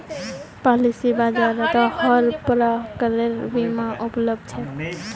policy बाजारत हर प्रकारेर बीमा उपलब्ध छेक